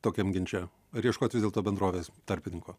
tokiam ginče ar ieškot vis dėlto bendrovės tarpininko